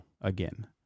Again